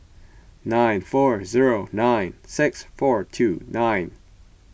nine four zero nine six four two nine